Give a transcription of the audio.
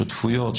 שותפויות,